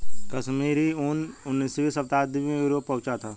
कश्मीरी ऊन उनीसवीं शताब्दी में यूरोप पहुंचा था